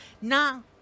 Now